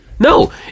No